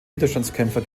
widerstandskämpfer